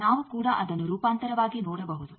ನಾವು ಕೂಡ ಅದನ್ನು ರೂಪಾಂತರವಾಗಿ ನೋಡಬಹುದು